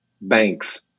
banks